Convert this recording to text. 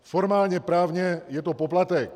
Formálně právně je to poplatek.